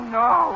no